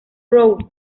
rouge